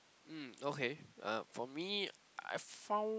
mm okay uh for me I found